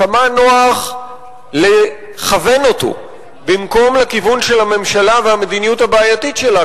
כמה נוח לכוון אותו במקום לכיוון של הממשלה והמדיניות הבעייתית שלה,